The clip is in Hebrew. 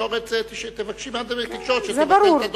תבקשי מהתקשורת שתבטל את הדוחות.